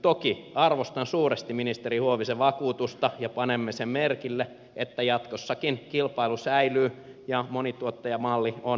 toki arvostan suuresti ministeri huovisen vakuutusta ja panemme sen merkille että jatkossakin kilpailu säilyy ja monituottajamalli on voimassa